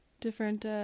different